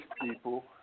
people